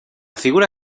figura